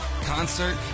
Concert